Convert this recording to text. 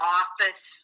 office